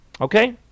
okay